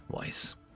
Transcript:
voice